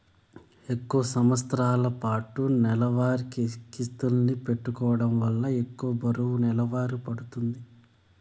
తక్కువ సంవస్తరాలపాటు నెలవారీ కిస్తుల్ని పెట్టుకోవడం వల్ల ఎక్కువ బరువు నెలవారీ పడతాంది